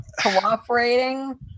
cooperating